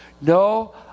No